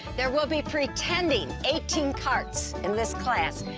there will be, pretending, eighteen carts in this class,